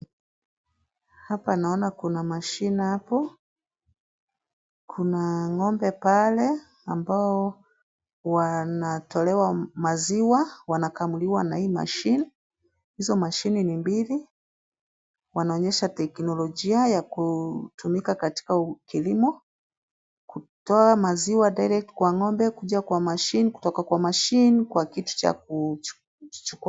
Hapa naona kuna machine hapo. Kuna ngombe pale ambao wanatolewa maziwa wanakamuliwa na hii machine . Hizo mashini ni mbili. Wanaonesha teknolojia ya kutumika katika kilimo kutoa maziwa direct kwa ngombe Kuja kwa machine kutoka kwa machine kwa kitu cha kuchukua.